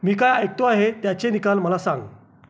मी काय ऐकतो आहे त्याचे निकाल मला सांग